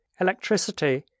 electricity